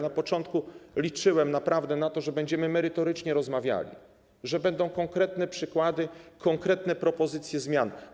Na początku liczyłem naprawdę na to, że będziemy merytorycznie rozmawiali, że będą konkretne przykłady, konkretne propozycje zmian.